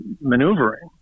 maneuvering